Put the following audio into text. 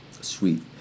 Sweet